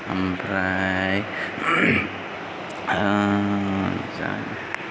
ओमफ्राय